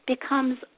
becomes